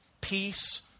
peace